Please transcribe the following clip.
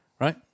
right